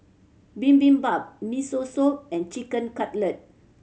Bibimbap Miso Soup and Chicken Cutlet